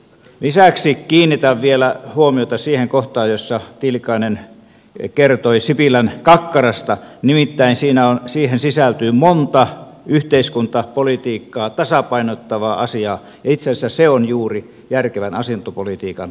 lisäksi kiinnitän vielä huomiota siihen kohtaan jossa tiilikainen kertoi sipilän kakkarasta nimittäin siihen sisältyy monta yhteiskuntapolitiikkaa tasapainottavaa asiaa ja itse asiassa se on juuri järkevän asuntopolitiikan perusta